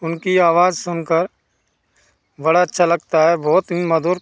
उनकी आवाज सुनकर बड़ा अच्छा लगता है बहुत ही मधुर